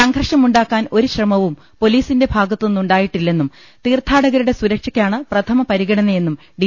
സംഘർഷമുണ്ടാക്കാൻ ഒരു ശ്രമവും പൊലീസിന്റെ ഭാഗത്തുനി ന്നുണ്ടായിട്ടില്ലെന്നും തീർത്ഥാടകരുടെ സുരക്ഷയ്ക്കാണ് പ്രഥമ പരിഗണനയെന്നും ഡി